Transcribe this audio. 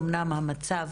הגם שהמצב